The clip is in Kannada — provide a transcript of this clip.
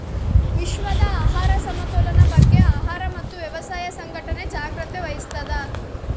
ವಿಶ್ವದ ಆಹಾರ ಸಮತೋಲನ ಬಗ್ಗೆ ಆಹಾರ ಮತ್ತು ವ್ಯವಸಾಯ ಸಂಘಟನೆ ಜಾಗ್ರತೆ ವಹಿಸ್ತಾದ